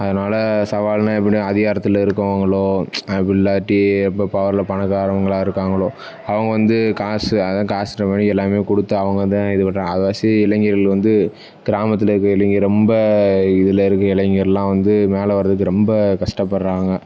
அதனால் சவால்னால் எப்படியும் அதிகாரத்தில் இருக்கவங்களோ அப்படி இல்லாட்டி ரொம்ப பவர்ல பணக்காரங்களா இருக்காங்களோ அவங்க வந்து காசு அதுதான் காசுன்ற மாதிரி எல்லாமே கொடுத்து அவங்க தான் இது பண்ணுறாங்க அதுவாசி இளைஞர்கள் வந்து கிராமத்தில் இருக்கிற இளைஞர் ரொம்ப இதில் இருக்க இளைஞர்லாம் வந்து மேலே வரதுக்கு ரொம்ப கஷ்டப்படுறாங்க